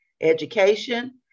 education